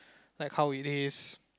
like how it is